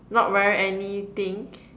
not wear anything